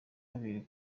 babiri